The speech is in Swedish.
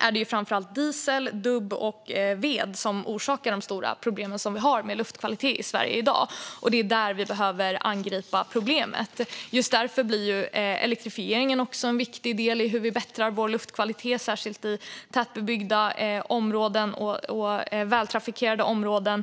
är det framför allt diesel, dubb och ved som orsakar de stora problem som vi har med luftkvalitet i Sverige i dag. Det är där vi behöver angripa problemet. Just därför blir elektrifieringen en viktig del i att förbättra vår luftkvalitet, särskilt i tätbebyggda och vältrafikerade områden.